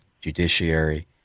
judiciary